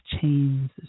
chains